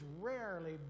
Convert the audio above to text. rarely